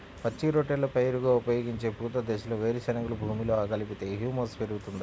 పచ్చి రొట్టెల పైరుగా ఉపయోగించే పూత దశలో వేరుశెనగను భూమిలో కలిపితే హ్యూమస్ పెరుగుతుందా?